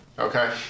Okay